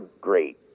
great